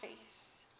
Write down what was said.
face